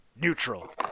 neutral